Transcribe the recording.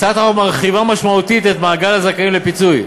הצעת החוק מרחיבה משמעותית את מעגל הזכאים לפיצוי,